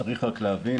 צריך רק להבין,